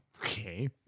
Okay